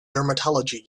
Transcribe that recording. dermatology